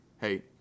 Hey